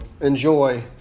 enjoy